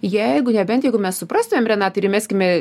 jeigu nebent jeigu mes suprastumėm renata ir įmeskime